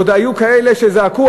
עוד היו כאלה שזעקו,